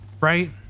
right